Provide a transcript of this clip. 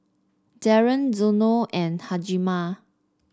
Darryn Zeno and Hjalmar